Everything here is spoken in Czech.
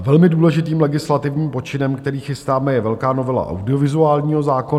Velmi důležitým legislativním počinem, který chystáme, je velká novela audiovizuálního zákona.